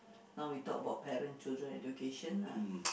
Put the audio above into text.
now we talk about parents children education ah